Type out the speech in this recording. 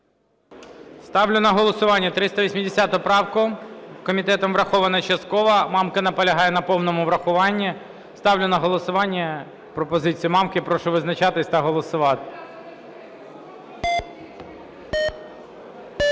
Ставлю на голосування 380 правку. Комітетом врахована частково. Мамка наполягає на повному врахуванні. Ставлю на голосування пропозицію Мамки. Прошу визначатись та голосувати.